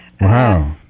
Wow